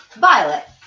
Violet